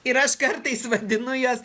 ir aš kartais vadinu juos